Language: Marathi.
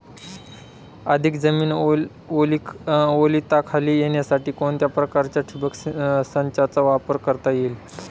अधिक जमीन ओलिताखाली येण्यासाठी कोणत्या प्रकारच्या ठिबक संचाचा वापर करता येईल?